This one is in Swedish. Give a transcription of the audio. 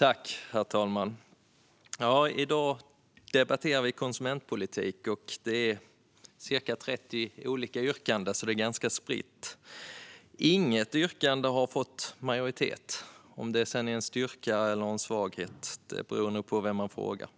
Herr talman! I dag debatterar vi konsumentpolitik. Det är ca 30 olika yrkanden, så det är ganska spritt. Inget yrkande har fått majoritet. Om det sedan är en styrka eller en svaghet beror nog på vem man frågar.